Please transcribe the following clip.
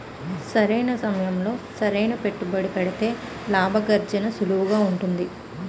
సరైన సమయంలో సరైన పెట్టుబడి పెడితే లాభార్జన సులువుగా ఉంటుంది